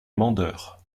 mandeure